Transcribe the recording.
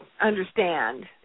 understand